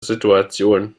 situation